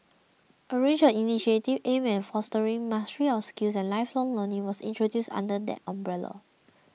a range of initiatives aimed at fostering mastery of skills and lifelong learning was introduced under that umbrella